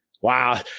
Wow